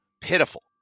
pitiful